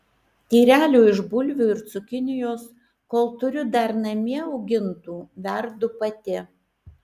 tyrelių iš bulvių ir cukinijos kol turiu dar namie augintų verdu pati